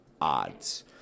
odds